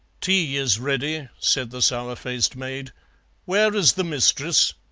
tea is ready, said the sour-faced maid where is the mistress?